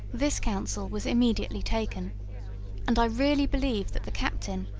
this counsel was immediately taken and i really believe that the captain,